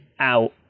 out